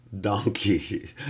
donkey